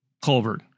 Colbert